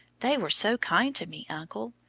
they were so kind to me, uncle.